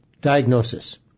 Diagnosis